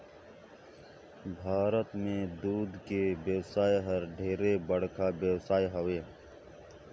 भारत में दूद के बेवसाय हर ढेरे बड़खा बेवसाय हवे